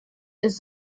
ist